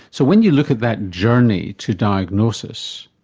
so when you look at that journey to diagnosis,